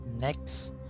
next